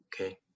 Okay